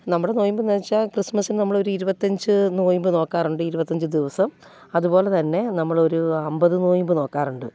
നമ്മുടെ നൊയിമ്പ് എന്നു വച്ചാൽ ക്രിസ്മസിന് നമ്മളൊരു ഇരുപത്തഞ്ച് നൊയിമ്പ് നോക്കാറുണ്ട് ഇരുപത്തഞ്ച് ദിവസം അതുപൊലെ തന്നെ നമ്മളൊരു അമ്പത് നൊയിമ്പ് നോക്കാറുണ്ട്